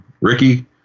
Ricky